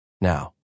now